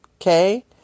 Okay